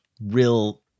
real